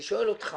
אני שואל אותך